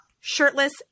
shirtless